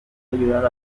ayudar